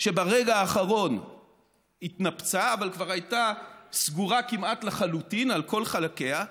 שברגע האחרון התנפצה אבל כבר הייתה סגורה כמעט לחלוטין על כל חלקיה.